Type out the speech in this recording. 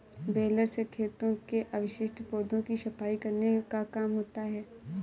baler से खेतों के अवशिष्ट पौधों की सफाई करने का काम होता है